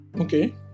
Okay